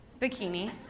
bikini